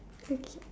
okay